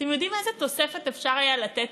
אתם יודעים איזו תוספת אפשר היה לתת,